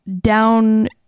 down